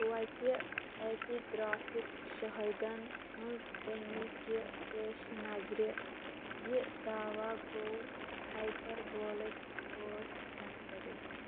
تویتہِ اٮ۪پِگرٛافِک شاہِدن ہٕنٛز کٔمی کہِ پیش نظرِ یہِ دعوا گوٚو ہایپَر بولٕکۍ پٲٹھۍ مُستَرِد